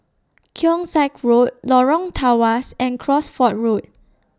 Keong Saik Road Lorong Tawas and Cosford Road